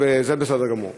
וזה בסדר גמור.